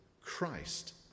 Christ